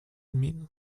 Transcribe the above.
mean